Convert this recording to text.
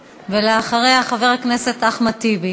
ואחריה, חבר הכנסת אחמד טיבי,